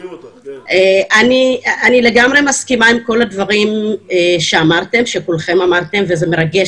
אני לגמרי מסכימה עם כל הדברים שכולכם אמרתם וזה מרגש